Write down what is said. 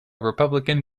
republican